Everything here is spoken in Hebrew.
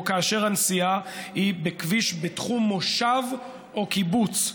או כאשר הנסיעה היא בכביש בתחום מושב או קיבוץ.